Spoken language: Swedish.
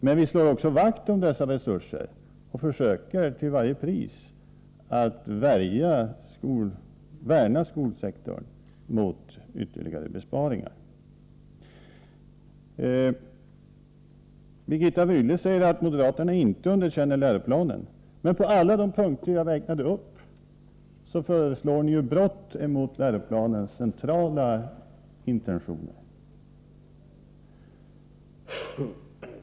Men vi slår också vakt om dessa resurser och försöker till varje pris att värna skolsektorn mot ytterligare besparingar. Birgitta Rydle säger att moderaterna inte underkänner läroplanen, men på alla de punkter jag räknade upp föreslår ni brott mot läroplanens centrala intentioner.